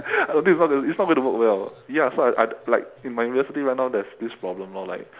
I think it's not it's not going to work well ya so I like in my university right now there's this problem lor like